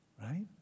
Right